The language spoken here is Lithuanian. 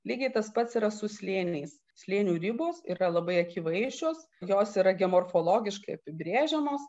lygiai tas pats yra su slėniais slėnių ribos yra labai akivaizdžios jos yra gemorfologiškai apibrėžiamos